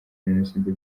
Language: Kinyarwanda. jenoside